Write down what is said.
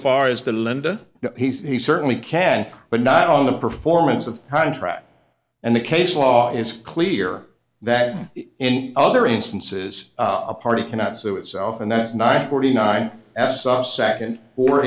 far as the linda he certainly can but not on the performance of contract and the case law is clear that in other instances a party cannot sue itself and that's nine forty nine s second